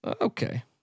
Okay